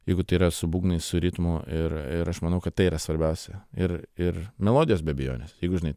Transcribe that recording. jeigu tai yra su būgnais su ritmu ir ir aš manau kad tai yra svarbiausia ir ir melodijos be abejonės jeigu žinai